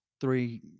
three